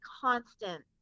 constant